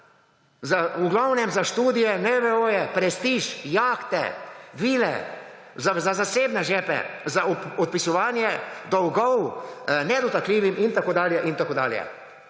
v glavnem za študije NVO, prestiž, jahte, vile, za zasebne žepe, za odpisovanje dolgov nedotakljivim in tako dalje